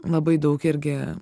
labai daug irgi